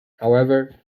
however